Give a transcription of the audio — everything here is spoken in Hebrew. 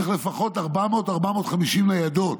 צריך לפחות 400 450 ניידות.